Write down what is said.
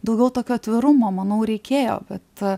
daugiau tokio atvirumo manau reikėjo bet